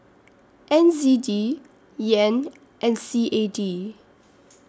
N Z D Yen and C A D